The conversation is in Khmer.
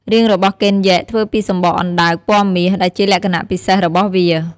រាងរបស់កេនយិធ្វើពីសំបកអណ្តើកពណ៌មាស ដែលជាលក្ខណៈពិសេសរបស់វា។